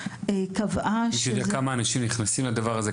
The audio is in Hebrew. מישהו יודע כמה אנשים נכנסים לדבר הזה?